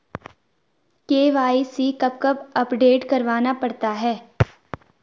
KYC कब कब update करवाना पड़ता है?